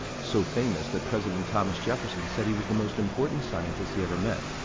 so famous, that president thomas jefferson said he was the most important scientist he ever met.